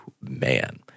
man